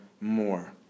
more